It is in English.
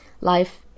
Life